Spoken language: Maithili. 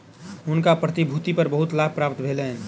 हुनका प्रतिभूति पर बहुत लाभ प्राप्त भेलैन